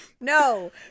No